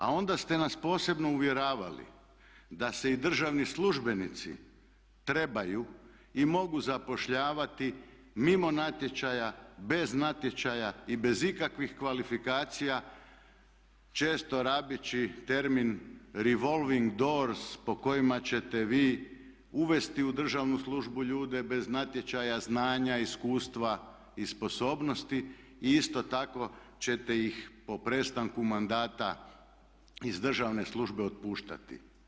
A onda ste nas posebno uvjeravali da se i državni službenici trebaju i mogu zapošljavati mimo natječaja, bez natječaja i bez ikakvih kvalifikacija često rabeći termin revolving doors po kojima ćete vi uvesti u državnu službu ljude bez natječaja, znanja, iskustva i sposobnosti i isto tako ćete ih po prestanku mandata iz državne službe otpuštati.